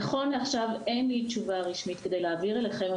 נכון לעכשיו אין לי תשובה רשמית כדי להעביר אליכם,